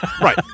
Right